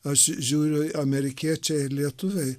aš žiūriu amerikiečiai lietuviai